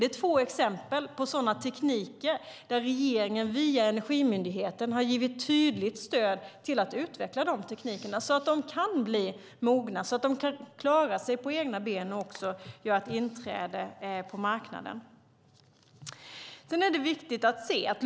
Det är två exempel på tekniker som regeringen via Energimyndigheten har givit tydligt stöd till att utveckla, så att de kan bli mogna, klara sig på egna ben och göra inträde på marknaden.